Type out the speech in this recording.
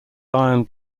iron